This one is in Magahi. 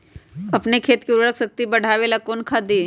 अपन खेत के उर्वरक शक्ति बढावेला कौन खाद दीये?